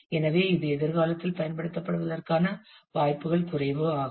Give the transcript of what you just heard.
எனவே இது எதிர்காலத்தில் பயன்படுத்தப்படுவதற்கான வாய்ப்புகள் குறைவு ஆகும்